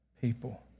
people